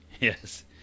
Yes